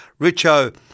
Richo